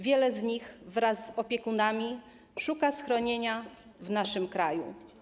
Wiele z nich wraz z opiekunami szuka schronienia w naszym kraju.